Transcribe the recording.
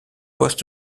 post